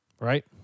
right